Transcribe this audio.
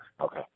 Okay